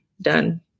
done